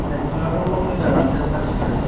cycle आथ' मोजाङानोजोब गासैबो